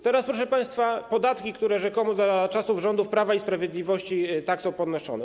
Teraz, proszę państwa, podatki, które rzekomo za czasów rządów Prawa i Sprawiedliwości tak są podnoszone.